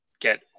get